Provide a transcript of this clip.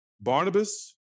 Barnabas